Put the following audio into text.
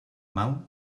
mal